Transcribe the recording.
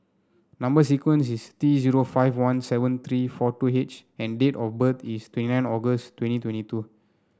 number sequence is T zero five one seven three four two H and date of birth is twenty nine August twenty twenty two